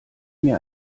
mir